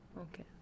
Okay